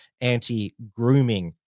anti-grooming